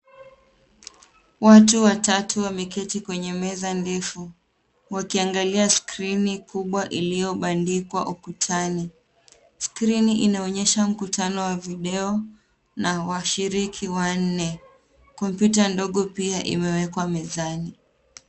Watu watatu wameketi kwenye meza ndefu wakiangalia skrini kubwa iliyobandikwa ukutani. Skrini inaonyesha mkutano wa video na washiriki wanne. Kompyuta ndogo pia imewekwa mezani.